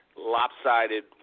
lopsided